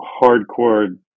hardcore